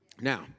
Now